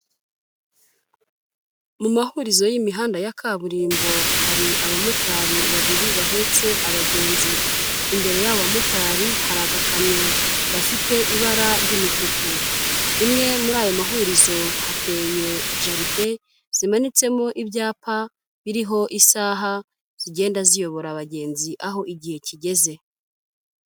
Mu mahurizo y'imihanda ya kaburimbo hari abamotari babiri bahetse abagenzi, imbere y'abo bamotari hari agakamyo gafite ibara ry'umutuku, imwe muri ayo mahurizo hateye jaride zimanitsemo ibyapa biriho isaha zigenda ziyobora abagenzi aho igihe kigeze.